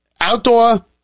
Outdoor